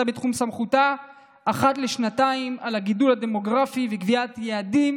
בתחום סמכותה אחת לשנתיים על הגידול הדמוגרפי ועל קביעת יעדים,